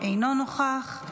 אינו נוכח,